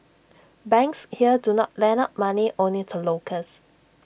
banks here do not lend out money only to locals